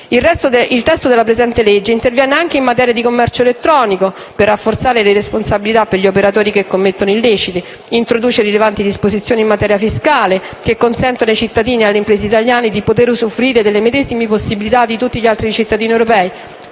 Il testo del disegno di legge in esame interviene anche in materia di commercio elettronico, per rafforzare le responsabilità per gli operatori che commettono illeciti; introduce rilevanti disposizioni in materia fiscale, consentendo ai cittadini e alle imprese italiane di usufruire delle medesime possibilità di tutti gli altri cittadini europei;